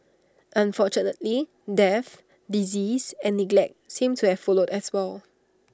unfortunately death disease and neglect seemed to have followed as well